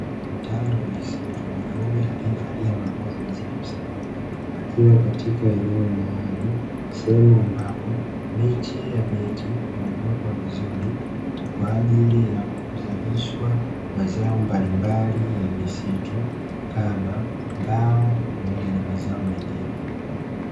Mtaalamu wa misitu mwanaume aliyevaa mavazi nadhifu sana akiwa katika eneo maalumu, sehemu ambapo miche ya miti imewekwa vizuri kwa ajili ya kuzalishwa mazao mbalimbali ya misitu kama mbao pamoja na mazao mengine.